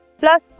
plus